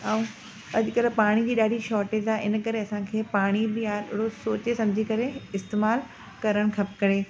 ऐं अॼु कल्ह पाणीअ जी ॾाढी शॉर्टॅज आहे इन करे असां खे पाणी बि आ ड़ो सोचे समुझी करे इस्तेमाल करणु खपे